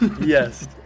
Yes